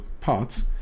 parts